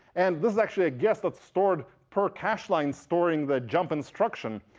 and this is actually a guess that's stored per cache line stored in the jump instruction.